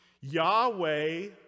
Yahweh